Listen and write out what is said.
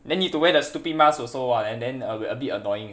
then need to wear the stupid mask also [what] and then a a bit annoying